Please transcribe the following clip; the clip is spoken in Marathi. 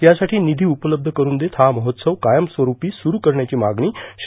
यासाठी निषी उपलब्ध करून देत हा महोत्सव कायमस्वठपी सुरू करण्याची मागणी श्री